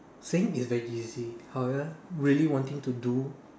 saying is very easy however really wanting to do